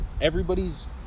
everybody's